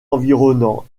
environnant